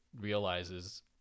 realizes